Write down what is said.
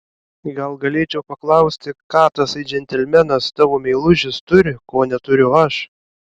gal galėčiau paklausti ką tasai džentelmenas tavo meilužis turi ko neturiu aš